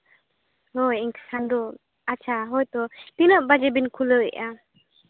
ᱦᱳᱭ ᱮᱱᱠᱷᱟᱱ ᱫᱚ ᱟᱪᱪᱷᱟ ᱦᱳᱭᱛᱚ ᱛᱤᱱᱟᱹᱜ ᱵᱟᱡᱮ ᱵᱮᱱ ᱠᱷᱩᱞᱟᱹᱣ ᱮᱫᱼᱟ